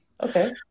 Okay